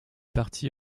parti